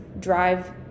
drive